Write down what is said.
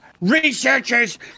researchers